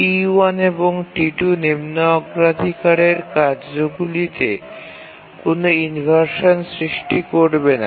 T1 এবং T2 নিম্ন অগ্রাধিকারের কার্যগুলিতে কোনও ইনভারশান সৃষ্টি করবে না